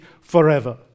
forever